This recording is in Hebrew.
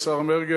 השר מרגי,